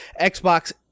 Xbox